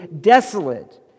desolate